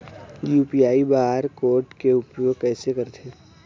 UPI bar code के उपयोग कैसे करथें?